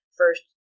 first